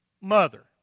mother